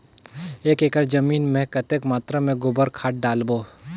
एक एकड़ जमीन मे कतेक मात्रा मे गोबर खाद डालबो?